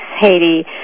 Haiti